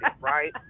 right